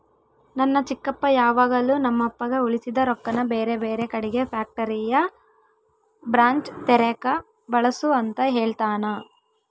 ನನ್ನ ಚಿಕ್ಕಪ್ಪ ಯಾವಾಗಲು ನಮ್ಮಪ್ಪಗ ಉಳಿಸಿದ ರೊಕ್ಕನ ಬೇರೆಬೇರೆ ಕಡಿಗೆ ಫ್ಯಾಕ್ಟರಿಯ ಬ್ರಾಂಚ್ ತೆರೆಕ ಬಳಸು ಅಂತ ಹೇಳ್ತಾನಾ